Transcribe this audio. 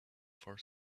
for